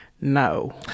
No